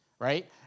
Right